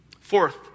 Fourth